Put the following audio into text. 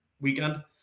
weekend